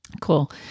Cool